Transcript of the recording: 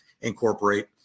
incorporate